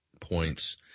points